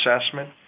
assessment